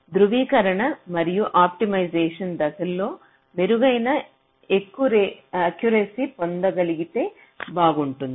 ధృవీకరణ మరియు ఆప్టిమైజేషన్ దశల లో మెరుగైన ఎక్కురేసి పొందగలిగితే బాగుంటుంది